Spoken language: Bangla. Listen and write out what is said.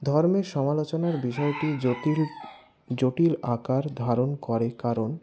ধর্মের সমালোচনার বিষয়টি জটিল জটিল আকার ধারণ করে কারণ